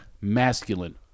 Masculine